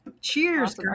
Cheers